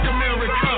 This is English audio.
America